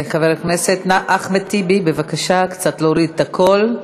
חבר הכנסת אחמד טיבי, בבקשה קצת להוריד את הקול.